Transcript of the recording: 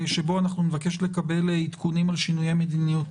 שבו נבקש לקבל עדכונים על שינויי המדיניות